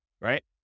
Right